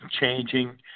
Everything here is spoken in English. changing